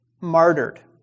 martyred